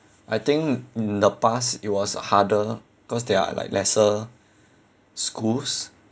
I think in the past it was harder cause there are like lesser schools